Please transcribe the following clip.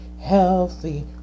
healthy